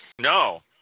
No